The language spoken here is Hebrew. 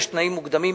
יש תנאים מוקדמים.